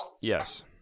Yes